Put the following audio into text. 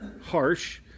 harsh